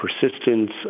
persistence